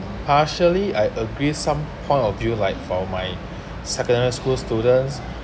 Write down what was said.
partially I agree some point of view like for my secondary school students